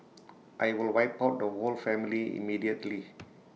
I will wipe out the whole family immediately